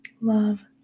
Love